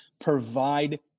provide